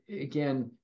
again